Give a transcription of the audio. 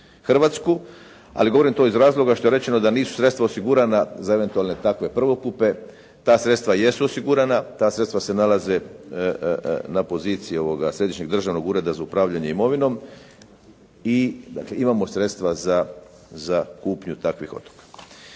Hrvatsku. Ali govorim to iz razloga što je rečeno da nisu sredstva osigurana za eventualne takve prvokupe. Ta sredstva jesu osigurana. Ta sredstva se nalaze na poziciji ovog Središnjeg državnog ureda za upravljanje imovinom. I dakle imamo sredstva za kupnju takvih otoka.